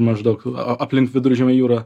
maždaug aplink viduržemio jūrą